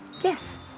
Yes